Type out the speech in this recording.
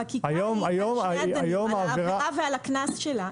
החקיקה היא על העבירה ועל הקנס שלה.